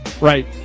Right